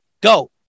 Go